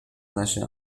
نشه